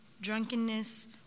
drunkenness